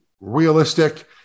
realistic